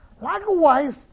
Likewise